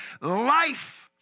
life